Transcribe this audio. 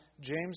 James